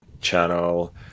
channel